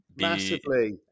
Massively